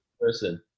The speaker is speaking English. person